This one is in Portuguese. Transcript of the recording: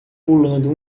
pulando